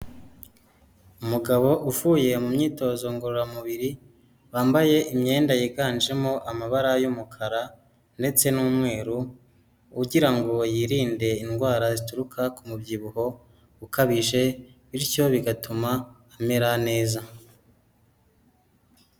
Umugabo uvuye mu myitozo ngororamubiri, wambaye imyenda yiganjemo amabara y'umukara ndetse n'umweru, ugira ngo yirinde indwara zituruka ku mubyibuho ukabije, bityo bigatuma amera neza.